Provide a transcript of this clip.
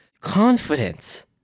confidence